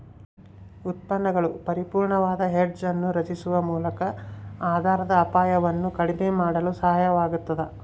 ಉತ್ಪನ್ನಗಳು ಪರಿಪೂರ್ಣವಾದ ಹೆಡ್ಜ್ ಅನ್ನು ರಚಿಸುವ ಮೂಲಕ ಆಧಾರದ ಅಪಾಯವನ್ನು ಕಡಿಮೆ ಮಾಡಲು ಸಹಾಯವಾಗತದ